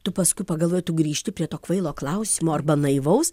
tu paskui pagalvoji tu grįžti prie to kvailo klausimo arba naivaus